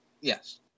Yes